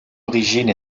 origine